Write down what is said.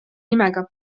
nimega